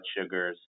sugars